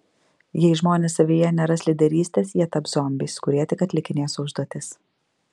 jei žmonės savyje neras lyderystės jie taps zombiais kurie tik atlikinės užduotis